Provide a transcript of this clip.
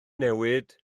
newid